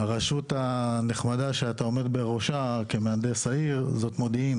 אבל הרשות הנחמדה שאתה עומד בראשה כמהנדס העיר זאת מודיעין